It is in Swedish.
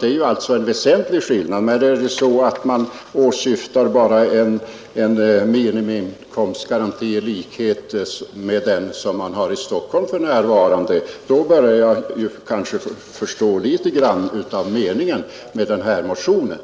Det är alltså en väsentlig skillnad. Är det så att man bara åsyftar en minimiinkomstgaranti i likhet med den som man har i Stockholm för närvarande, börjar jag kanske förstå litet grand av meningen i den här motionen.